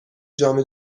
جام